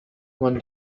when